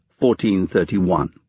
1431